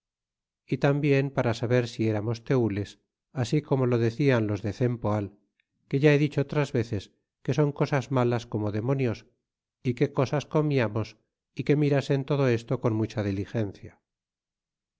y tambien para saber si eramos teules así como lo decian los de cempoal que ya he dicho otras veces que son cosas malas como demonios é qué cosas comiamos é que mirasen todo esto con mucha diligencia